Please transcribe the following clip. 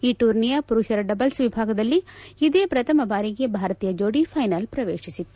ಈ ಟೂರ್ನಿಯ ಮರುಷರ ಡಬಲ್ಸ್ ವಿಭಾಗದಲ್ಲಿ ಇದೇ ಪ್ರಥಮ ಬಾರಿಗೆ ಭಾರತೀಯ ಜೋಡಿ ಫೈನಲ್ ಪ್ರವೇಶಿಸಿತ್ತು